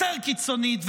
יותר קיצונית,